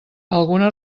alguna